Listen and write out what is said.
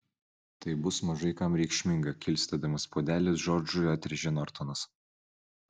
tai bus mažai kam reikšminga kilstelėdamas puodelį džordžui atrėžė nortonas